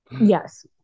Yes